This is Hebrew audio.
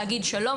להגיד: שלום,